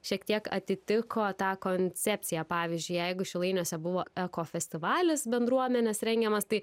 šiek tiek atitiko tą koncepciją pavyzdžiui jeigu šilainiuose buvo eko festivalis bendruomenės rengiamas tai